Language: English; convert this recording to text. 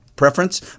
preference